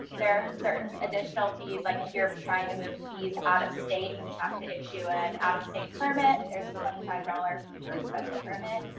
there certain additional fees, like if you're trying to move bees out of state and we have to issue an out of state permit. there's twenty five dollars fee for a special permit.